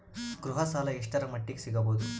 ಗೃಹ ಸಾಲ ಎಷ್ಟರ ಮಟ್ಟಿಗ ಸಿಗಬಹುದು?